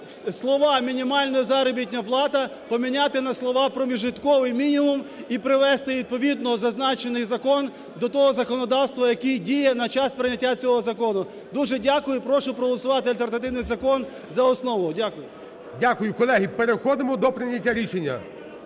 слова "мінімальна заробітна плата" поміняти на слова "прожитковий мінімум" і привести відповідно зазначений закон до того законодавства, який діє на час прийняття цього закону. Дуже дякую і прошу проголосувати альтернативний закон за основу. Дякую. ГОЛОВУЮЧИЙ. Дякую, колеги. Переходимо до прийняття рішення.